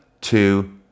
two